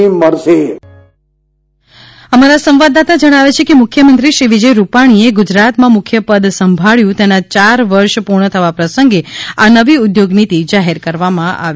વિજય રૂપાણી અમારા સંવાદદાતા જણાવે છે કે મુખ્યમંત્રી શ્રી વિજય રૂપાણીએ ગુજરાતમાં મુખ્ય પદ સાંભળ્યું તેના ચાર વર્ષ પૂર્ણ થવા પ્રસંગે આ નવી ઉધોગ નીતિ જાહેર કરવામાં આવી છે